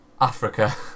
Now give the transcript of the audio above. Africa